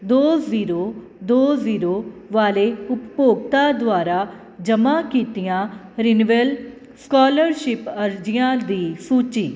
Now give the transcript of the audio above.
ਦੋ ਜੀਰੋ ਦੋ ਜੀਰੋ ਵਾਲੇ ਉਪਭੋਗਤਾ ਦੁਆਰਾ ਜਮ੍ਹਾਂ ਕੀਤੀਆਂ ਰਿਨਿਵਲ ਸਕੋਲਰਸ਼ਿਪ ਅਰਜ਼ੀਆਂ ਦੀ ਸੂਚੀ